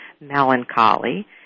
melancholy